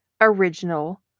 Original